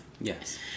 Yes